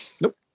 Nope